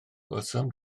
gwelsom